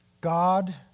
God